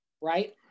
right